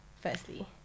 firstly